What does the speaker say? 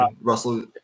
Russell